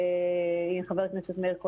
מחר יחזרו